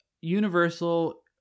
universal